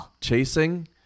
Chasing